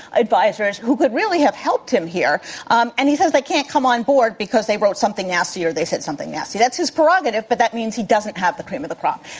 advisors who could really have helped him here um and he says they can't come on board because they wrote something nasty or they said something nasty. that's his prerogative, but that means he doesn't have the cream of the crop.